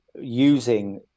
using